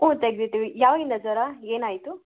ಹ್ಞೂ ತೆಗೆದಿಟ್ಟಿವಿ ಯಾವಾಗಿಂದ ಸರ್ರ ಏನಾಯಿತು